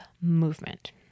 movement